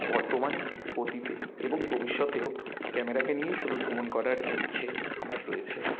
বর্তমানে অতীতে এবং ভবিষ্যতেও ক্যামেরাকে নিয়েই শুধু ভ্রমণ করার ইচ্ছে আমার রয়েছে